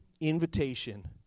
invitation